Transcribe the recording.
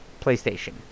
playstation